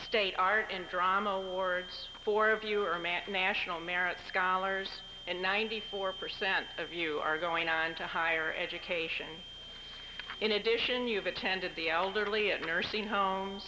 state art and drama award for viewer math national merit scholars and ninety four percent of you are going on to higher education in addition you've attended the elderly a nursing home